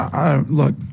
Look